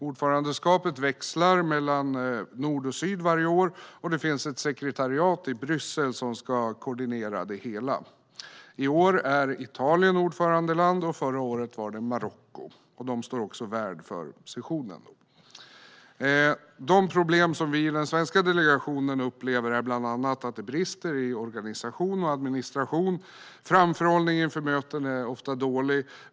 Ordförandeskapet växlar mellan nord och syd varje år, och det finns ett sekretariat i Bryssel som ska koordinera det hela. I år är Italien ordförandeland, och förra året var det Marocko. Ordförandelandet står värd för sessionen. De problem som vi i den svenska delegationen upplever är bland annat att det brister i organisation och administration. Framförhållningen inför möten är ofta dålig.